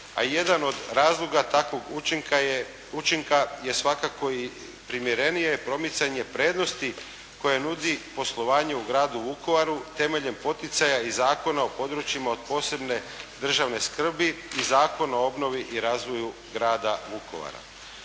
a jedan od razloga takvog učinka je svakako i primjerenije pomicanje prednosti koje nudi poslovanju u Gradu Vukovaru temeljem poticaja i Zakona u područjima od posebne državne skrbi i Zakona o obnovi i razvoju Grada Vukovara.